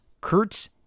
Kurtz